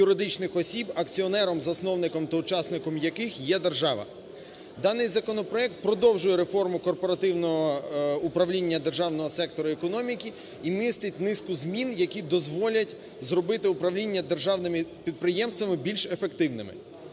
юридичного осіб, акціонером (засновником та учасником) яких є держава. Даний законопроект продовжує реформу корпоративного управління державного сектору економіки і містить низку змін, які дозволять зробити управління державними підприємствами більш ефективними.